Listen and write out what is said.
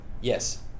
Yes